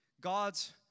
God's